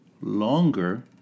longer